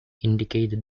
indicate